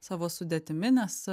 savo sudėtimi nes